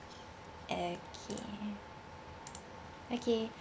okay okay